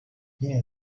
yine